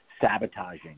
sabotaging